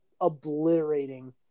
obliterating